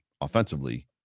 offensively